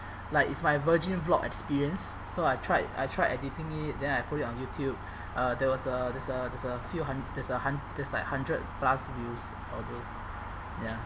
like it's my virgin vlog experience so I tried I tried editing it then I put it on youtube uh there was a there's a there's a few hun~ there's a hun~ there's like hundred plus views all those ya